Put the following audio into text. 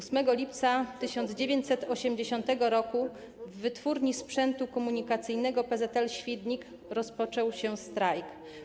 8 lipca 1980 r. w Wytwórni Sprzętu Komunikacyjnego PZL-Świdnik rozpoczął się strajk.